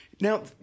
Now